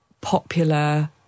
popular